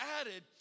added